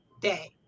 day